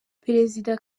perezida